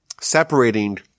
separating